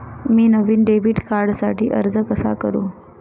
मी नवीन डेबिट कार्डसाठी अर्ज कसा करु?